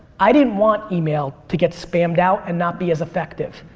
i didn't want email to get spammed out and not be as effective.